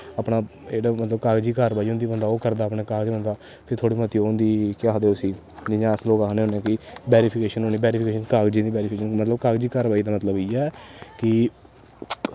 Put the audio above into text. अपना जेह्ड़ा मतलब कागज़ी कारवाई होंदी बंदा ओह् करदा अपने कागज़ बंदा फ्ही थोह्ड़ी मती ओह् होंदी केह् आखदे उसी जियां अस लोक आक्खने होन्ने कि वैरिफिकेशन होनी वैरिफिकेशन कागजें दी वैरिफिकेशन कागजी कारवाई दा मतलब इ'यै कि